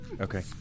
Okay